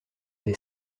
des